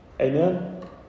Amen